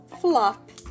flop